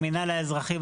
המינהל האזרחי,